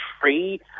free